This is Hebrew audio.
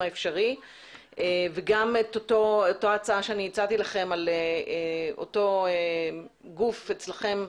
האפשרי וגם את אותה הצעה שהצעתי לכם על אותו גוף אצלכם,